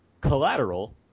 collateral